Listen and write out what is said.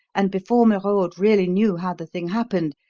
and before merode really knew how the thing happened,